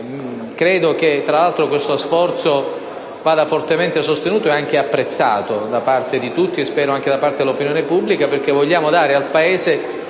credo che questo sforzo vada fortemente sostenuto e anche apprezzato da parte di tutti e - spero - anche dell'opinione pubblica, perché vogliamo dare al Paese